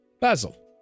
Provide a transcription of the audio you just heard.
Basil